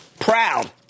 Proud